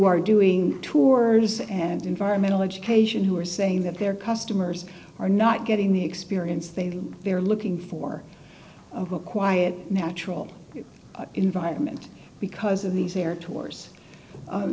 are doing tours and environmental education who are saying that their customers are not getting the experience they they're looking for a quiet natural environment because of these air tours